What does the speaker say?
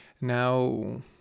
Now